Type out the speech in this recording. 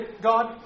God